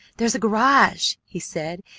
there's a garage! he said,